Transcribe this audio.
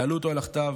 תעלו אותו על הכתב,